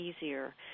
easier